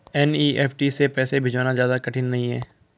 NEFT से पैसे भिजवाना ज्यादा कठिन नहीं है